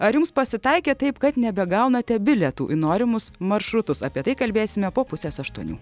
ar jums pasitaikė taip kad nebegaunate bilietų į norimus maršrutus apie tai kalbėsime po pusės aštuonių